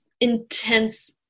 intense